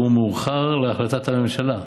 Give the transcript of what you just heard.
שהוא מאוחר להחלטת הממשלה.